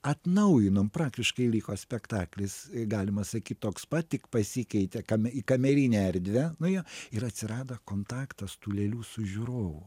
atnaujinom praktiškai liko spektaklis galima sakyt toks pat tik pasikeitė kame į kamerinę erdvę nuėjo ir atsirado kontaktas tų lėlių su žiūrovu